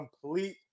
complete